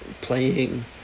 playing